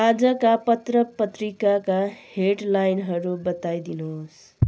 आजका पत्रपत्रिकाका हेडलाइनहरू बताइदिनुहोस्